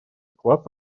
вклад